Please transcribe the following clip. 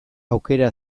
aukera